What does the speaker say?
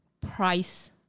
price